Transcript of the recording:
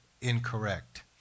incorrect